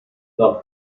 the